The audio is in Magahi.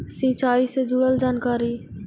सिंचाई से जुड़ल जानकारी?